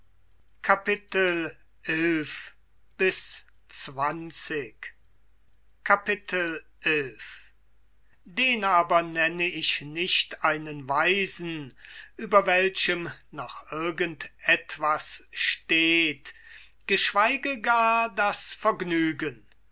den aber nenne ich nicht einen weisen über welchem noch irgend etwas steht geschweige gar das vergnügen